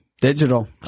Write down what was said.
Digital